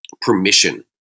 permission